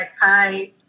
hi